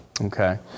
okay